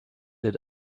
lit